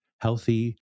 healthy